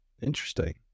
Interesting